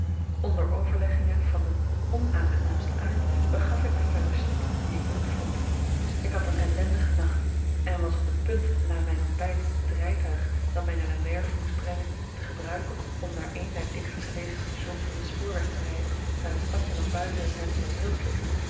onder overleggingen van den onaangenaamsten aard begaf ik mij ter ruste die ik niet vond ik had een ellendigen nacht en was op het punt na mijn ontbijt het rijtuig dat mij naar de werve moest brengen te gebruiken om naar een der dichtst gelegen stations van den spoorweg te rijden daar het stadje nog buiten het net der